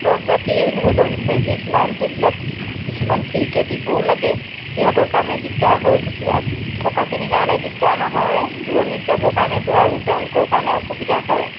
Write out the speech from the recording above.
দৰৱ জাতি ধৰি লওক বেজী ছেলাইন সেইবিলাক কিছুমান ফ্ৰীকে দিবও লাগে সিহঁতৰ কাৰণে দিগদাৰ হয় থকাখিনিৰ কাৰণে দিগদাৰ নহয় দূৰণিত যাব কাৰণেতো আৰু তেওঁলোকৰ কাৰণে অসুবিধা হয়